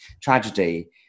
tragedy